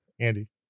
Andy